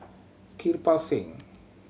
Kirpal Singh